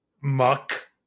muck